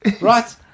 Right